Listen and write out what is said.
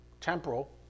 temporal